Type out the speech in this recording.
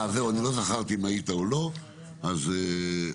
זהו, אני לא זכרתי אם היית או לא, אז אוקיי.